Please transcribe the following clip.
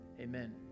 Amen